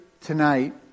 tonight